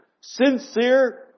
sincere